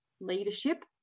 leadership